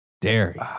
Dairy